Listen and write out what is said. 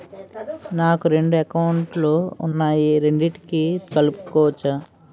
నాకు రెండు అకౌంట్ లు ఉన్నాయి రెండిటినీ కలుపుకోవచ్చా?